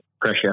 pressure